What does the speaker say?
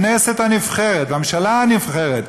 הכנסת הנבחרת והממשלה הנבחרת,